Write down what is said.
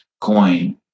coin